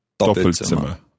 Doppelzimmer